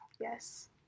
Yes